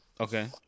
Okay